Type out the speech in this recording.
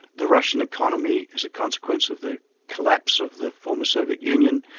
the russian economy as a consequence of the collapse of the former soviet union,